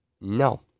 no